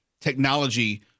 technology